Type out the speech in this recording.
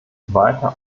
weiter